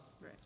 Right